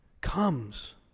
comes